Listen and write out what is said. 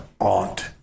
aunt